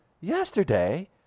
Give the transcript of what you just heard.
yesterday